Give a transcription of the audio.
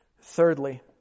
Thirdly